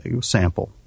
sample